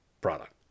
product